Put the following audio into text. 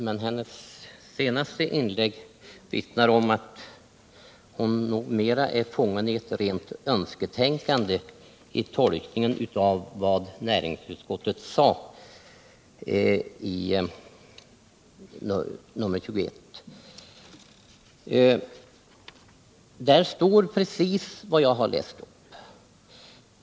Men hennes senaste inlägg vittnar om att hon nog mera är fången i ett rent önsketänkande beträffande tolkningen av vad näringsutskottet har sagt i sitt betänkande nr 21. Där står precis vad jag har läst upp.